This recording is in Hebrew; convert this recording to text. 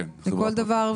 כן, זו חברה.